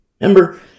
Remember